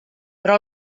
però